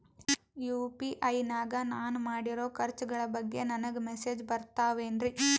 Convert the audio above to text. UPI ನಾಗ ನಾನು ಮಾಡಿರೋ ಖರ್ಚುಗಳ ಬಗ್ಗೆ ನನಗೆ ಮೆಸೇಜ್ ಬರುತ್ತಾವೇನ್ರಿ?